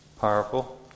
powerful